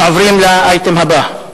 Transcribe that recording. אנחנו עוברים לאייטם הבא: